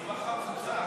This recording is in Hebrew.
חברי הכנסת,